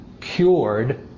cured